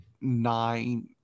nine